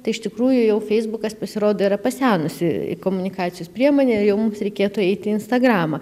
tai iš tikrųjų jau feisbukas pasirodo yra pasenusi komunikacijos priemonė ir jau mums reikėtų eiti į instagramą